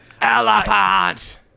Elephant